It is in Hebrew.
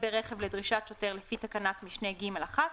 ברכב לדרישת שוטר לפי תקנת משנה (ג1),